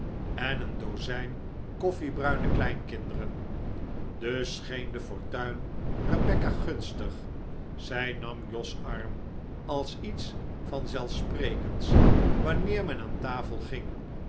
en een dozijn koffiebruine kleinkinderen dus scheen de fortuin rebecca gunstig zij nam jos arm als iets vanzelf sprekends wanneer men aan tafel ging